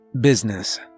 Business